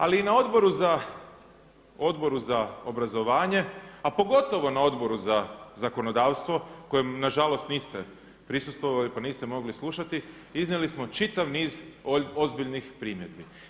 Ali i na Odboru za obrazovanje, a pogotovo na Odboru za zakonodavstvo kojem na žalost niste prisustvovali, pa niste mogli slušati iznijeli smo čitav niz ozbiljnih primjedbi.